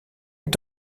est